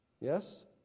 yes